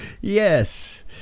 Yes